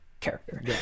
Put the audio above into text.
character